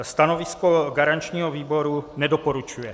Stanovisko garančního výboru: nedoporučuje.